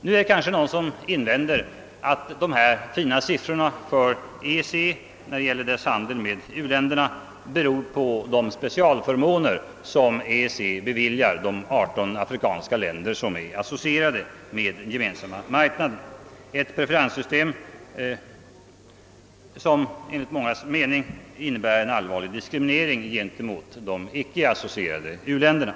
Nu kanske någon invänder att dessa fina siffror för EEC:s handel med uländerna beror på de specialförmåner som EEC beviljar de 18 afrikanska länder som är associerade med Gemensamma marknaden — ett preferenssystem som enligt mångas mening innebär en allvarlig diskriminering av de icke associerade u-länderna.